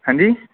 ਹਾਂਜੀ